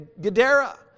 Gadara